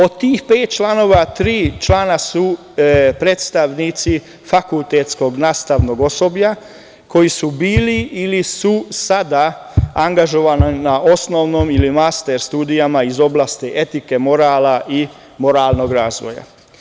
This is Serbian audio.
Od tih pet članova, tri člana su predstavnici fakultetskog nastavnog osoblja, koji su bili ili su sada angažovani na osnovnim ili master studijama iz oblasti etike, morala i moralnog razvoja.